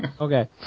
okay